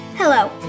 Hello